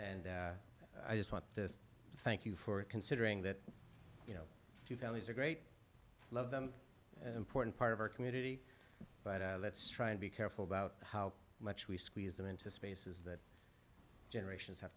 d i just want to thank you for considering that you know families are great love them important part of our community but let's try to be careful about how much we squeeze them into spaces that generations have